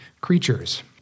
creatures